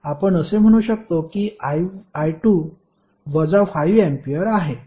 आपण असे म्हणू शकतो की I2 वजा 5 अँपिअर आहे